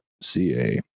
ca